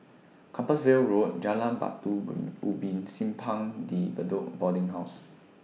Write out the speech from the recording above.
Compassvale Road Jalan Batu Ubin and Simpang De Bedok Boarding House